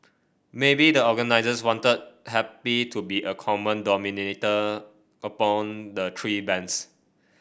maybe the organisers wanted happy to be a common denominator the three bands